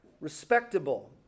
Respectable